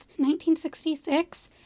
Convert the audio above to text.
1966